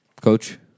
coach